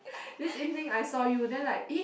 this evening I saw you then like eh